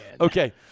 Okay